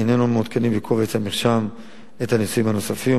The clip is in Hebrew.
איננו מעדכנים בקובץ המרשם את הנישואין הנוספים,